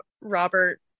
Robert